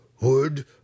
Would